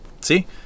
See